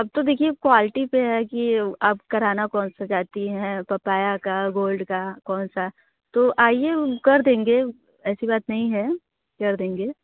अब देखिए क्वालटी पर है की आप कराना कौनसा चाहती हैं पपाया का गोल्ड का कौनसा तो आइए उ कर ऐसे बात नहीं है कर देंगे